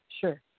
Sure